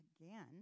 again